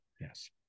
yes